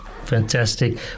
Fantastic